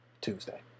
Tuesday